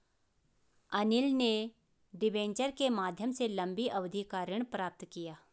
अनिल ने डिबेंचर के माध्यम से लंबी अवधि का ऋण प्राप्त किया